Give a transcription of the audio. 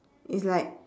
it's like